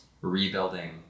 rebuilding